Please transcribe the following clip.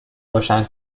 روشن